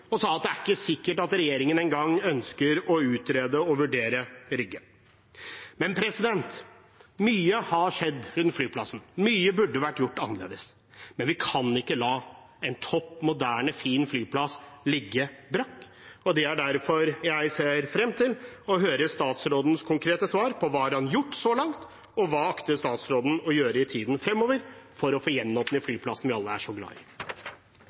og si at det ikke er sikkert at regjeringen engang ønsker å utrede og vurdere Rygge. Mye har skjedd rundt flyplassen. Mye burde vært gjort annerledes. Men vi kan ikke la en topp moderne, fin flyplass ligge brakk. Det er derfor jeg ser frem til å høre statsrådens konkrete svar på hva han har gjort så langt, og hva han akter å gjøre i tiden fremover, for å få gjenåpnet flyplassen vi alle er så glad i.